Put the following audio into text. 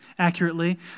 accurately